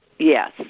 Yes